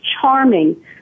charming